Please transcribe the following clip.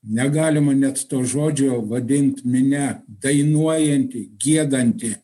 negalima net to žodžio vadint minia dainuojanti giedanti